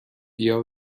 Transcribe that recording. بیا